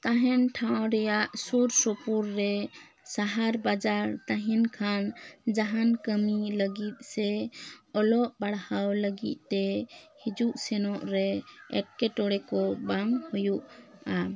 ᱛᱟᱦᱮᱱ ᱴᱷᱟᱶ ᱨᱮᱭᱟᱜ ᱥᱩᱨ ᱥᱩᱯᱩᱨ ᱨᱮ ᱥᱟᱦᱟᱨ ᱵᱟᱡᱟᱨ ᱛᱟᱦᱮᱱ ᱠᱷᱟᱱ ᱡᱟᱦᱟᱱ ᱠᱟᱹᱢᱤ ᱞᱟᱹᱜᱤᱫ ᱥᱮ ᱚᱞᱚᱜ ᱯᱟᱲᱦᱟᱣ ᱞᱟᱹᱜᱤᱫ ᱛᱮ ᱦᱤᱡᱩᱜ ᱥᱮᱱᱚᱜ ᱨᱮ ᱮᱴᱠᱮᱴᱚᱲᱮ ᱠᱚ ᱵᱟᱝ ᱦᱩᱭᱩᱜᱼᱟ